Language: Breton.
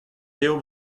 dezho